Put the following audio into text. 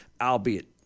albeit